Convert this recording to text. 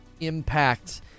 impact